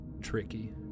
Tricky